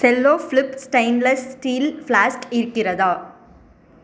Cello flip stainless steel flask இருக்கிறதா